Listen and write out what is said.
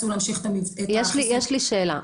להמשיך את החיסונים ואפשרנו -- יש לי שאלה,